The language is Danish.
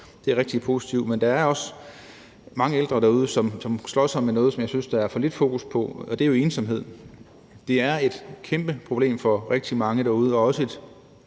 Det er rigtig positivt. Men der er også mange ældre derude, som slås med noget, som jeg synes at der er for lidt fokus på, og det er jo ensomhed. Det er et kæmpeproblem for rigtig mange derude og også et